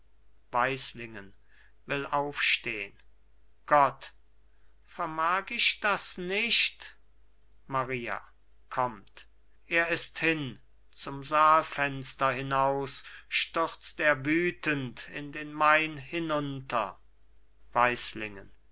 weislingen will aufstehn gott vermag ich das nicht maria kommt er ist hin zum saalfenster hinaus stürzt er wütend in den main hinunter